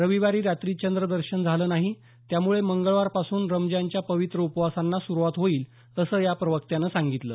रविवारी रात्री चंद्र दर्शन झालं नाही त्यामुळे मंगळवारपासून रमजानच्या पवित्र उपवासांना सुरूवात होईल असं या प्रवक्त्यानं सांगितलं